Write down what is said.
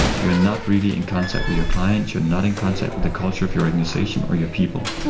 you're not really in contact with your clients, you're not in contact with the culture of your organisation or your people.